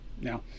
Now